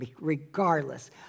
regardless